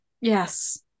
yes